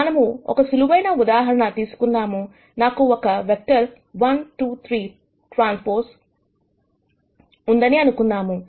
మనము ఒక సులువైన ఉదాహరణ తీసుకుందాం నాకు ఒక వెక్టర్ 1 2 3 ట్రాన్స్పోస్ ఉందని అనుకుందాము